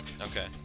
Okay